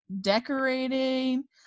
decorating